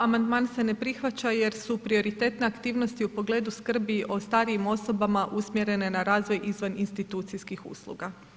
Amandman se ne prihvaća jer su prioritetne aktivnosti u pogledu skrbi o starijim osobama usmjerene na razvoj izvan institucijskih usluga.